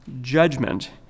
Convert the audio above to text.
judgment